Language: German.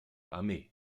armee